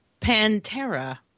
Pantera